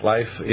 Life